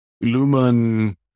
Lumen